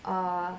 ah